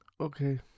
Okay